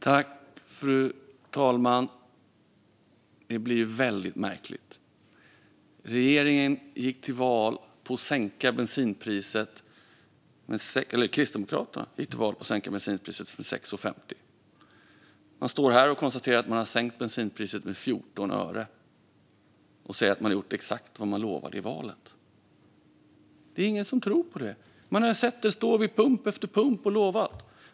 Fru talman! Detta blir väldigt märkligt. Kristdemokraterna gick till val på att sänka bensinpriset med 6,50 kronor. Nu har man sänkt bensinpriset med 14 öre men står och säger att man gjort exakt vad man lovade inför valet. Det är ingen som tror på det, Camilla Rinaldo Miller. Vi har sett er stå vid pump efter pump och lova.